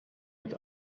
mit